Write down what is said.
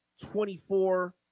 24